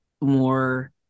more